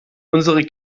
unsere